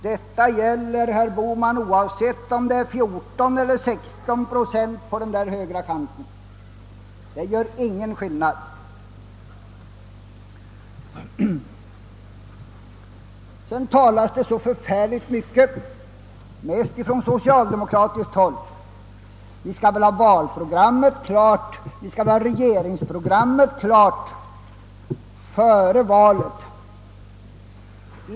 Detta gäller, herr Bohman, oavsett om det är fråga om 14 eller 16 procent på den högra kanten; det gör ingen skillnad. Det talas så mycket från socialdemokratiskt håll om att vi borde ha haft ett regeringsprogram klart före valet.